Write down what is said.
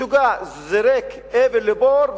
משוגע זורק אבן לבור,